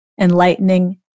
enlightening